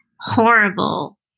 horrible